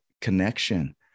connection